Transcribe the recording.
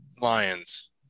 Lions